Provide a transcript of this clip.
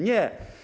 Nie.